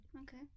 Okay